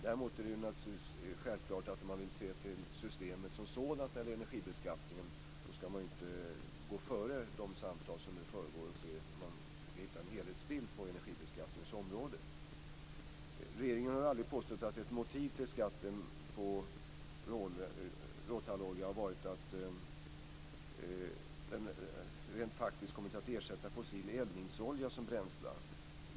Däremot är det självklart, att om man vill se till systemet som sådant när det gäller energibeskattningen skall man inte gå före de samtal som nu pågår och där man försöker hitta en helhetsbild på energibeskattningens område. Regeringen har aldrig påstått att ett motiv till skatten på råtallolja är att den rent faktiskt har kommit att ersätta fossil eldningsolja som bränsle.